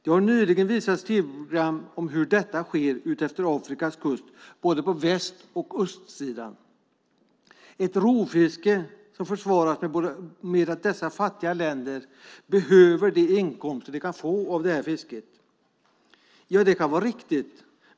Det har nyligen visats tv-program om hur detta sker utefter Afrikas kust på både väst och östsidan. Det är ett rovfiske som försvaras med att dessa fattiga länder behöver de inkomster de kan få av det här fisket. Och det kan vara riktigt.